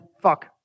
fuck